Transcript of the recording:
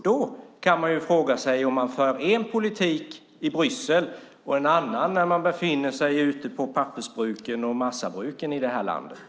Då kan man fråga om man för en politik i Bryssel och en annan när man befinner sig på pappersbruken och massabruken här i landet.